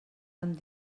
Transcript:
amb